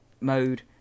mode